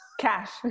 cash